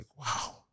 wow